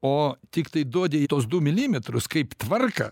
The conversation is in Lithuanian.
o tiktai duodi tuos du milimetrus kaip tvarką